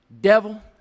devil